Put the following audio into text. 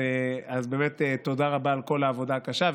באמת תודה רבה על כל העבודה הקשה,